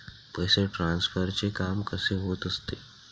पैसे ट्रान्सफरचे काम कसे होत असते?